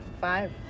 five